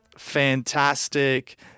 Fantastic